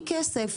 היא כסף,